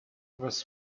was